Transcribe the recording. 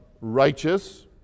righteous